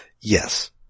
Yes